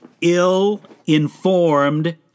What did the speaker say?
ill-informed